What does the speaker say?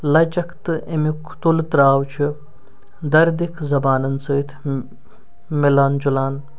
لَچَک تہٕ امیُک تُلہٕ ترٛاو چھُ دَردِک زبانَن سۭتۍ میلان جُلان